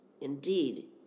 Indeed